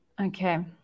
Okay